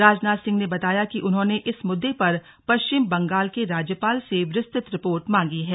राजनाथ सिंह ने बताया कि उन्होंने इस मुद्दे पर पश्चिम बंगाल के राज्यपाल से विस्तृत रिपोर्ट मांगी है